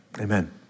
amen